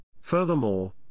Furthermore